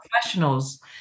professionals